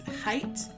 height